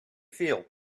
feel